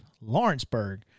Lawrenceburg